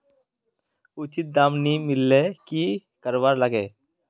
उचित दाम नि मिलले की करवार लगे?